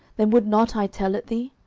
then would not i tell it thee?